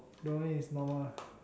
don't know leh it's normal ah